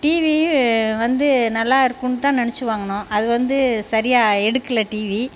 டிவியும் வந்து நல்லா இருக்கும்னு தான் நினச்சு வாங்கினோம் அது வந்து சரியாக எடுக்கல டிவி